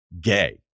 gay